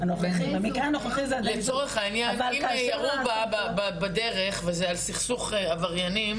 במקרה הנוכחי הזה לצורך העניין אם ירו בה בדרך וזה על סכסוך עבריינים